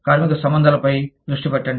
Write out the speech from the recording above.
కార్మిక సంబంధాలపై దృష్టి పెట్టండి